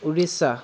Orissa